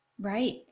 Right